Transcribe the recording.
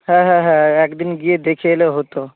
হ্যাঁ হ্যাঁ হ্যাঁ একদিন গিয়ে দেখে এলে হতো